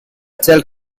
still